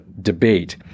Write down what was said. debate